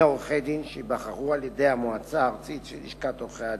עורכי-דין שייבחרו על-ידי המועצה הארצית של לשכת עורכי-הדין.